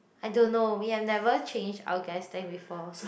I don't know we have never changed our gas tank before